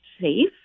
safe